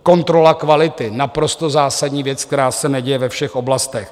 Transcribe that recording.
Kontrola kvality naprosto zásadní věc, která se neděje ve všech oblastech.